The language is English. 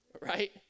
right